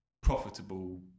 profitable